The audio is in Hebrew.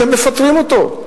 אתם מפטרים אותו,